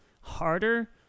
harder